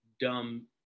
dumb